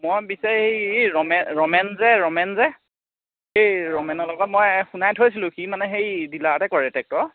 মই পিছে এই এই ৰমেন যে ৰমেন যে এই ৰমেনৰ লগত মই শুনাই থৈছিলোঁ সি মানে সেই ডিলাৰতে কৰে টেক্টৰ